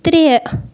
ترٛےٚ